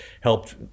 helped